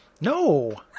No